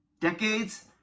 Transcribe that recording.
Decades